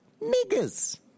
niggers